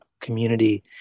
community